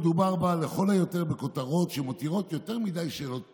מדובר בה לכל היותר בכותרות שמותירות יותר מדי שאלות פתוחות.